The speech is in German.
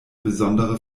besondere